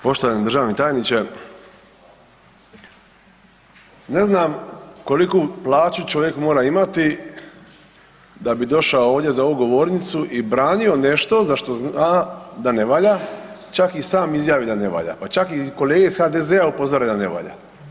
Poštovani državni tajniče, ne znam koliku plaću čovjek mora imati da bi došao ovdje za ovu govornicu i branio nešto za što zna da ne valja, čak i sam izjavlja da ne valja, pa čak i kolege iz HDZ-a upozore da ne valja.